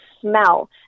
smell